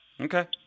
okay